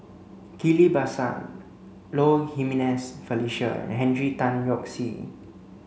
Ghillie Basan Low Jimenez Felicia and Henry Tan Yoke See